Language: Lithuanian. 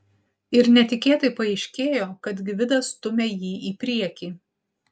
ir netikėtai paaiškėjo kad gvidas stumia jį į priekį